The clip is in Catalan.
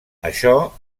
això